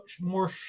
more